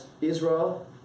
Israel